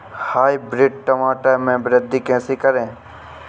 Hybrid टमाटर में वृद्धि कैसे करें?